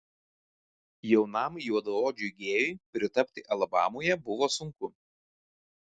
jaunam juodaodžiui gėjui pritapti alabamoje buvo sunku